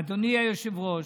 אדוני היושב-ראש,